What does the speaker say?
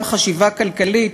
גם חשיבה כלכלית.